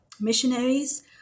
missionaries